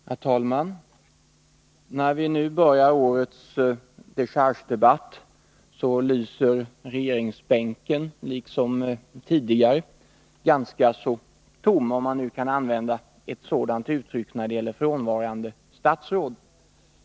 Herr talman! När vi nu börjar årets dechargedebatt lyser regeringsbänken, tom.